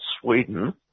Sweden